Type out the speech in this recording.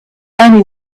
anyone